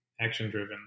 action-driven